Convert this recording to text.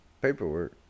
Paperwork